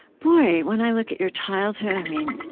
boy, when i look at your childhood, i mean,